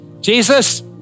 Jesus